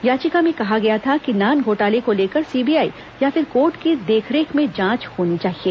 याचिका में कहा गया था कि नान घोटाले को लेकर सीबीआई या फिर कार्ट की देखरेख में जांच होनी चाहिये